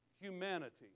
humanity